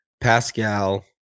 Pascal